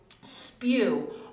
spew